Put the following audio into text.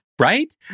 right